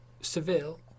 Seville